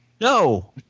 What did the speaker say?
No